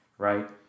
Right